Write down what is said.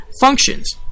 functions